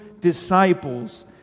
disciples